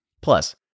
Plus